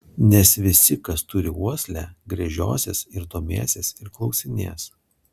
nes visi kas turi uoslę gręžiosis ir domėsis ir klausinės